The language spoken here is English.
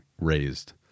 raised